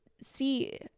see